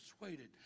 persuaded